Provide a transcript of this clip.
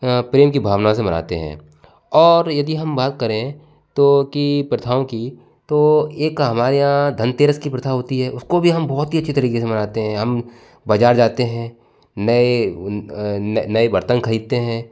प्रेम की भावना से मनाते हैं और यदि हम बात करें तो कि प्रथाओं की तो एक हमारे यहाँ धनतेरस की प्रथा होती है उसको भी हम बहुत ही अच्छे तरीके से मनाते हैं हम बाज़ार जाते हैं नए नए बर्तन खरीदते हैं